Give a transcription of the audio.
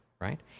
Right